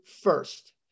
first